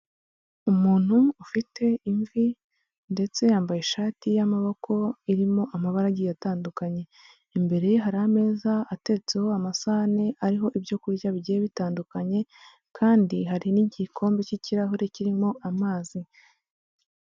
Umuntu ufite imvi ndetse yambaye ishati y'amaboko irimo amabara agiye atandukanye, imbere hari ameza atetseho amasahane ariho ibyo kurya bigiye bitandukanye kandi hari n'igikombe cy'ikirahure kirimo amazi.